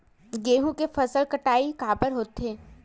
गेहूं के फसल कटाई काबर होथे?